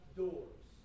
doors